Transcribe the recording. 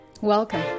Welcome